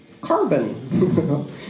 carbon